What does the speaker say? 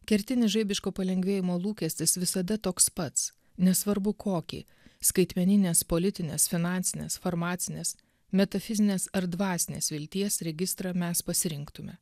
kertinis žaibiško palengvėjimo lūkestis visada toks pats nesvarbu kokį skaitmeninės politinės finansinės farmacinės metafizinės ar dvasinės vilties registrą mes pasirinktume